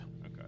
Okay